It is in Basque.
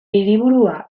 hiriburua